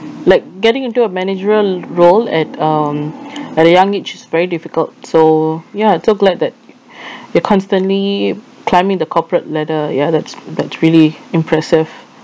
like getting into a managerial role at um at a young age is very difficult so ya so glad that you're constantly climbing the corporate ladder ya that's that's really impressive